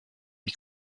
est